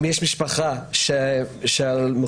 אם יש משפחה של מחוסנים,